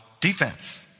defense